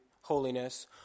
holiness